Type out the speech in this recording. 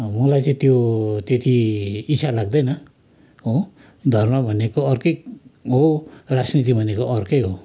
मोलाई चाहिँ त्यो त्यति इच्छा लाग्दैन हो धर्म भनेको अर्कै हो राजनीति भनेको अर्कै हो